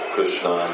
Krishna